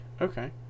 Okay